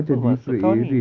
apa maksud kau ni